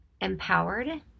Empowered